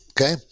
Okay